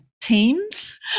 teams